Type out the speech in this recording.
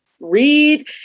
read